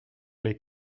les